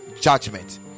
judgment